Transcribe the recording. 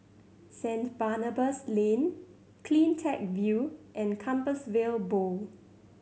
Saint Barnabas Lane Cleantech View and Compassvale Bow